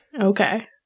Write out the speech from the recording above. Okay